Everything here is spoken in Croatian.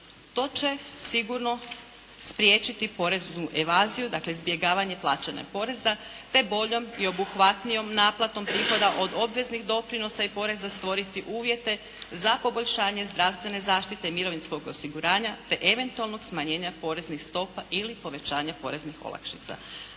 To će sigurno spriječiti poreznu evaziju, dakle izbjegavanje plaćanja poreza te boljom i obuhvatnijom naplatom prihoda od obveznih doprinosa i poreza stvoriti uvjete za poboljšanje zdravstvene zaštite i mirovinskog osiguranja te eventualnog smanjenja poreznih stopa ili povećanje poreznih olakšica.